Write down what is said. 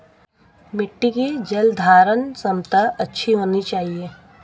मिट्टी की जलधारण क्षमता अच्छी होनी चाहिए